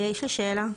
יש לי שאלה.